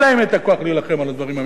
הכוח להילחם על הדברים המינימליים.